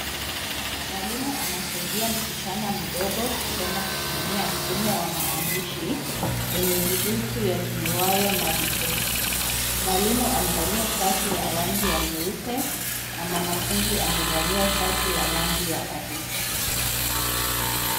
Mwalimu anasaidia msichana mdogo kusoma kutumia mfumo wa maandishi yenye vidutu yatumiwayo na vipofu. Mwalimu amevalia shati la rangi nyeupe na mwanafunzi amevalia shati la rangi ya waridi.